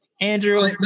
Andrew